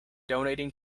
donating